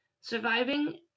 Surviving